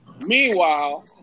Meanwhile